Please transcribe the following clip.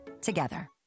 together